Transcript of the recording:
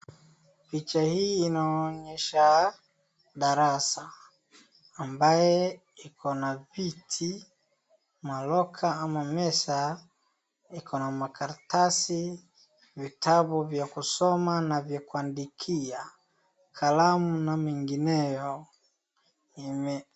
Picha hii inaonyesha darasa ambaye iko na viti malocker ama meza iko na makaratasi vitabu vya kusoma na vya kuandikia kalamu na mengineyo